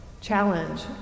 challenge